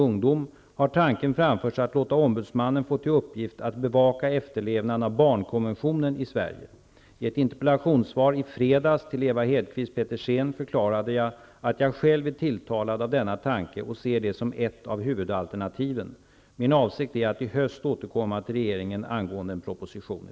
Sverige har också undertecknat FN:s barnkonvention om barns rättighet, vilket medför särskilda åtaganden. Är statsrådet beredd att medverka till att Sveriges barn får en barnombudsman, med verkliga befogenheter, som kan företräda barn, informera och ställa krav så att barns rätt till trygg uppväxt säkerställs?